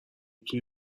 تونی